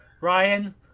Ryan